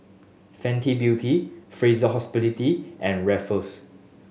Fenty Beauty Fraser Hospitality and Ruffles